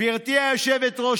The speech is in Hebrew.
גברתי היושבת-ראש,